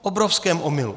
Obrovském omylu.